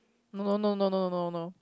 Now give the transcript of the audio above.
no no no no no no no